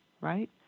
right